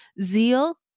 zeal